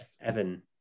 Evan